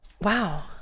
Wow